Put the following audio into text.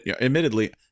admittedly